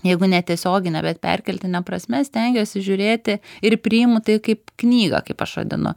jeigu ne tiesiogine bet perkeltine prasme stengiuosi žiūrėti ir priimu tai kaip knygą kaip aš vadinu